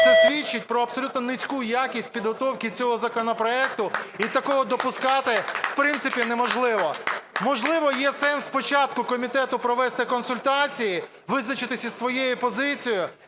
це свідчить про абсолютно низьку якість підготовки цього законопроекту, і такого допускати в принципі неможливо. Можливо, є сенс спочатку комітету провести консультації, визначитися із своєю позицією,